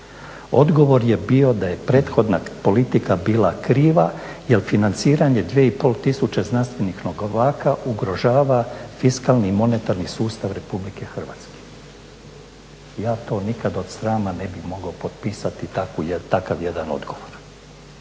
Odgovor je bio da je prethodna politika bila kriva jel financiranje 2,5 tisuće znanstvenih novaka ugrožava fiskalni monetarni sustav RH. Ja to nikada od srama ne bih mogao potpisati takav jedan odgovor.